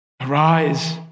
Arise